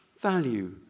value